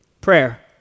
Prayer